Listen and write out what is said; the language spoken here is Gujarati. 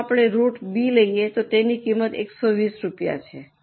જો આપણે રૂટ B લઈએ તો તેની કિંમત 120 રૂપિયા છે